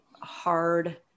hard